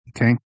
okay